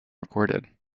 recorded